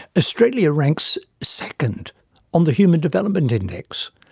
australia ranks second on the human development index,